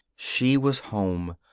she was home!